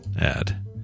add